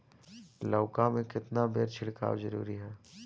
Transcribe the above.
लउका में केतना बेर छिड़काव जरूरी ह?